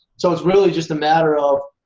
so it's really just a matter of